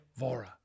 Vora